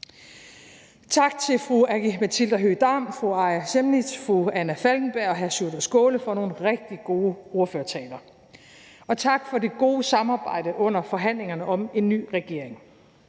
Tak til fru Aki-Matilda Høegh-Dam, fru Aaja Chemnitz, fru Anna Falkenberg og hr. Sjúrður Skaale for nogle rigtig gode ordførertaler, og tak for det gode samarbejde under forhandlingerne om en ny regering.